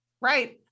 right